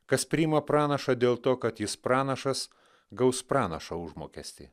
kas priima pranašą dėl to kad jis pranašas gaus pranašo užmokestį